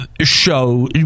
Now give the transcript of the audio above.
show